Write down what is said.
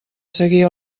seguir